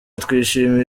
twishimiye